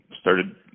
started